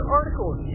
articles